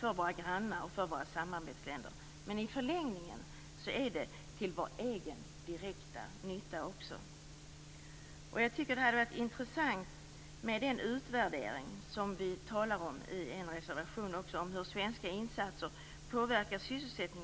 för våra grannar och samarbetsländer. I förlängningen är det dock också till vår egen direkta nytta. Jag tycker att det hade varit intressant med den utvärdering av hur svenska insatser påverkar sysselsättningen i Sverige som vi talar om i en reservation.